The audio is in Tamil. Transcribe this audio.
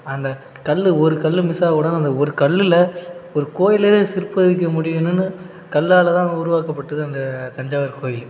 அந்த கல் ஒரு கல் மிஸ் ஆக விடாம அந்த ஒரு கல்லில் ஒரு கோயிலையே சிற்பிக்க முடியணும்னு கல்லால் தான் உருவாக்கப்பட்டது அந்த தஞ்சாவூர் கோயில்